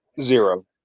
Zero